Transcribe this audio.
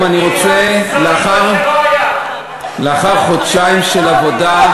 אני רוצה, לאחר חודשיים של עבודה,